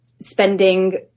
spending